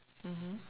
mmhmm